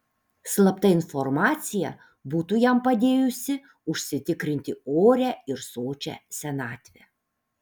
slapta informacija būtų jam padėjusi užsitikrinti orią ir sočią senatvę